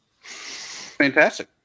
Fantastic